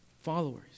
followers